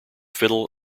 fiddle